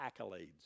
accolades